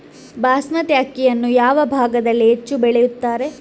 ಬಾಸ್ಮತಿ ಅಕ್ಕಿಯನ್ನು ಯಾವ ಭಾಗದಲ್ಲಿ ಹೆಚ್ಚು ಬೆಳೆಯುತ್ತಾರೆ?